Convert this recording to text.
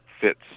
fits